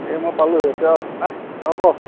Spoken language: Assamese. এই মই পালো তই আহ কৰ